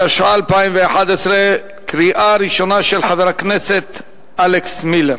התשע"א 2011, של חבר הכנסת אלכס מילר,